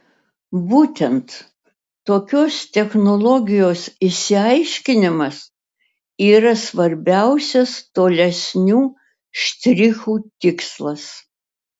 būtent tokios technologijos išsiaiškinimas yra svarbiausias tolesnių štrichų tikslas